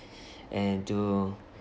and to